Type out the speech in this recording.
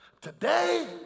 today